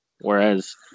whereas